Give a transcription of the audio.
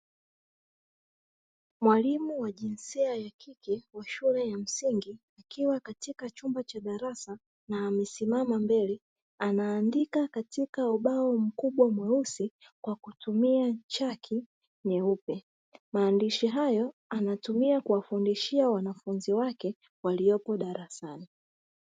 Mwalimu wa jinsia ya kike wa shule ya msingi akiwa katika chumba cha darasa na amesimama mbele, anaandika katika ubao mkubwa mweusi kwa kutumia chaki nyeupe; maandishi hayo anatumia kuwafundishia wanafunzi wake waliopo darasani.